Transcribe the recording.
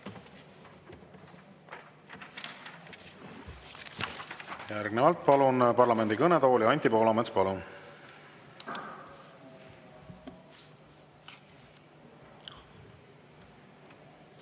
Järgnevalt palun parlamendi kõnetooli Anti Poolametsa.